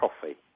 coffee